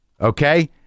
okay